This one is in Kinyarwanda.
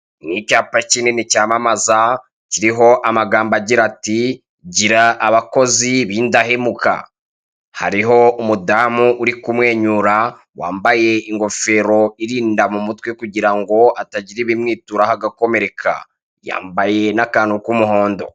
Nicyapa kinini cyamamaza kiriho amagambo agira ati gira abakozi bindahemuka, hariho umudamu uri kumwenyura wambaye ingofero irinda mumutwe kugirango hatagira ibimwituraho agakomereka, yambaye nakantu k'umuhondo.